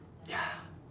ya